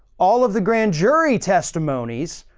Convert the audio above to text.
all of the grand jury testimonies.